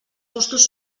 gustos